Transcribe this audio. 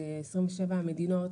27 המדינות,